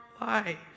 life